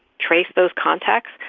trace those contacts,